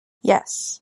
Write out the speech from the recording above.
yes